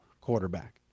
quarterback